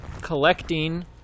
collecting